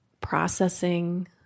processing